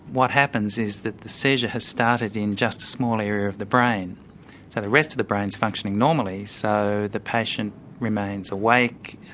what happens is that the seizure has started in just a small area of the brain so the rest of the brain's functioning normally so the patient remains awake,